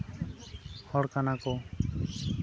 ᱦᱚᱲ ᱠᱟᱱᱟ ᱠᱚ